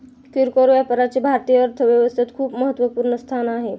किरकोळ व्यापाराचे भारतीय अर्थव्यवस्थेत खूप महत्वपूर्ण स्थान आहे